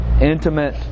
Intimate